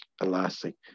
elastic